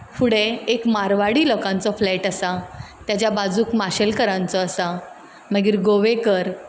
फुडें एक मारवाडी लोकांचो फ्लॅट आसा तेज्या बाजूक माशेलकारांचो आसा मागीर गोवेकर